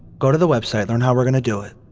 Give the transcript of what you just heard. go to the website learn how we're gonna do it.